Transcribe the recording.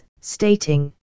stating